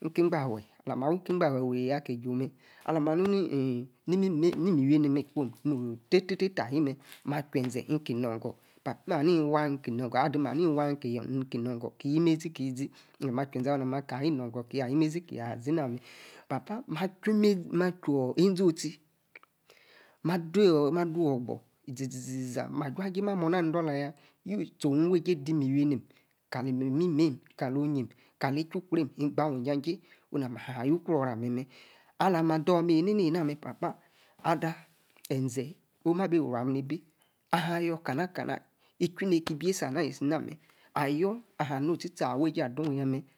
ni-inki igbafe. mss wi. ki. igbafe wey aki ju. mer. alah ma nun eeh. nimimena. ni-miwi. enim. ni kwom tetie ayi mer. ma ache-zee. nki no-gor kpa. ma ni iwa nki no-gor. adim ahami. iwa. iki no-gor. ki yimezi. ki zi-zi. alah. ma che. zee awa. ki no-gor. che. ayi. imezi. ne-yi azi na mer. papa ma. chu-eizi. otie. ma dou-wogbor. izi-zi-za. ma ju-jie ma mima-ni-idola. ya. wu-tie. owi-ejie. demiwi enim kali. imimim. kalo-onyim. kali. iki. ukom. igba wu-isa-sie. no-na ma na. ayo-ukio-ora memi alah. dome-enena. mer papa-ada ezee oma-bi ruam. ni-bi. aha. yor kana. kama. ichui neka bie-sa. ana. ali si-na-mer. ayor. aha. no-etie-tie awe-esie ado. yamer-